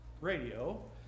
radio